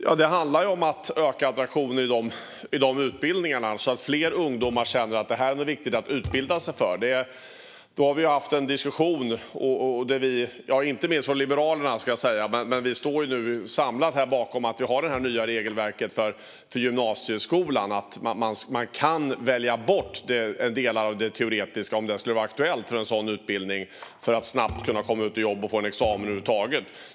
Ja, det handlar ju om att öka attraktionen i dessa utbildningar så att fler ungdomar känner att detta är viktigt att utbilda sig för. Där har vi haft en diskussion, och inte minst från Liberalernas sida - även om vi står samlade - står vi bakom det nya regelverket för gymnasieskolan som innebär att man kan välja bort delar av det teoretiska om det skulle vara aktuellt för en sådan utbildning. Det handlar om att snabbt kunna komma ut i jobb och om att få en examen över huvud taget.